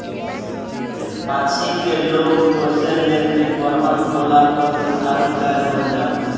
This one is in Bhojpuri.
बाछी के लोग पोसे ले की बरहन होला पर दुधारू गाय बन जाओ